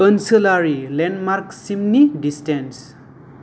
ओनसोलारि लेन्डमारकसिमनि डिसटेन्स